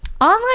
online